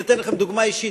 אני אתן לכם דוגמה אישית.